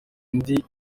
indi